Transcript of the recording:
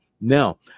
Now